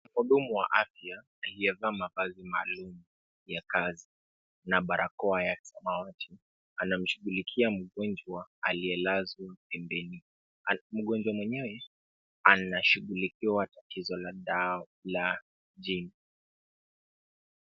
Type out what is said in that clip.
Mhudumu wa afya aliyevaa mavazi maalum ya kazi na barakoa ya samawati , anamshughulikia mgonjwa aliyelazwa pembeni. Mgonjwa mwenyewe anashugulikiwa tatizo la damu la jino.